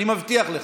אני מבטיח לך.